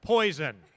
Poison